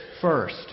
First